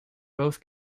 both